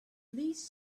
please